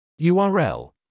URL